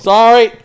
Sorry